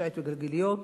שיט וגלגיליות,